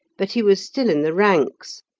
but he was still in the ranks,